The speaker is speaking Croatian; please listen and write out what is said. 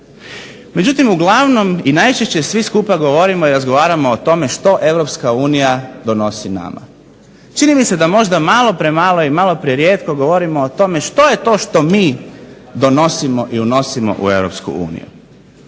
Međutim, uglavnom najčešće svi skupa razgovaramo i govorimo o tome što Europska unija donosi nama. Čini mi se da možda malo premalo i malo prerijetko govorimo o tome što je to što mi donosimo i unosimo u europsku uniju.